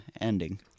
ending